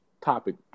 topic